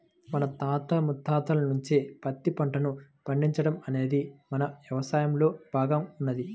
మన తాత ముత్తాతల నుంచే పత్తి పంటను పండించడం అనేది మన యవసాయంలో భాగంగా ఉన్నది